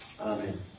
Amen